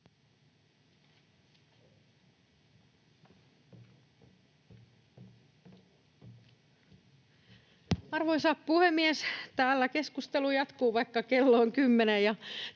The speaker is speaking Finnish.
Arvoisa puhemies! Täällä keskustelu jatkuu, vaikka kello on